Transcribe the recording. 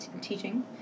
teaching